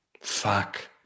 fuck